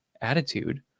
attitude